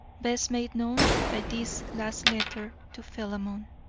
best made known by this last letter to philemon